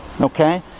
okay